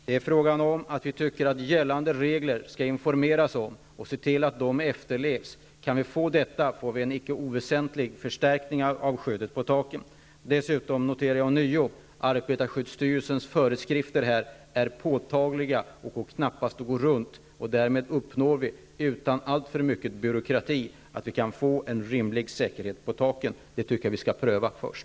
Herr talman! Vi tycker att det skall gå ut information om gällande regler så att de kan efterlevas. Om detta går att genomföra, får vi en icke oväsentlig förstärkning av skyddet på taken. Jag noterar ånyo att arbetarskyddsstyrelsens föreskrifter är påtagliga och att det knappast går att gå runt dem. Därmed går det att uppnå, utan alltför mycket byråkrati, en rimlig säkerhet på taken. Jag tycker att vi skall pröva detta först.